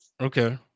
Okay